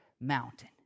mountain